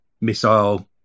missile